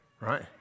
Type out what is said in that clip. right